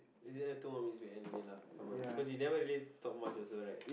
is it left two more minutes we end already lah come on cause you never really talk much also right